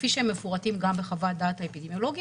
כפי שהם מפורטים גם בחוות הדעת האפידמיולוגית,